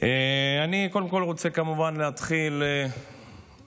אני קודם כול רוצה כמובן להתחיל מאיחולי